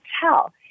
tell